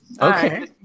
okay